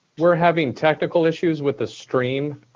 we're having technical issues with the stream.